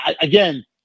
Again